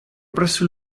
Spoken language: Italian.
presso